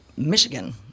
michigan